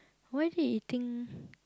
why is he eating